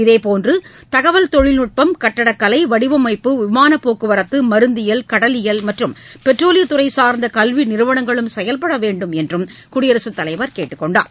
இதேபோன்று தகவல் தொழில்நுட்பம் கட்டடக்கலை வடிவமைப்பு விமானப்போக்குவரத்து மருந்தியல் கடலியல் மற்றும் பெட்ரோலியத்துறை சார்ந்த கல்வி நிறுவனங்களும் செயல்பட வேண்டும் எள குடியரசுத் தலைவர் கேட்டுக் கொண்டார்